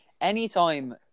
anytime